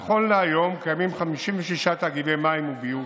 נכון להיום יש 56 תאגידי מים וביוב,